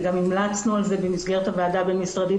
וגם המלצנו על זה במסגרת הוועדה בין משרדית,